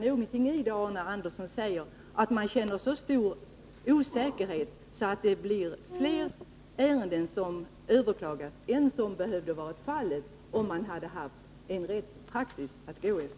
Det kan ligga något i det som Arne Andersson säger, nämligen att osäkerheten nu är så stor att det blir fler ärenden som överklagas än det skulle ha blivit, om man hade haft praxis att gå efter.